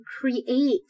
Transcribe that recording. create